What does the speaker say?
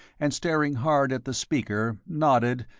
and staring hard at the speaker, nodded,